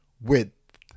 width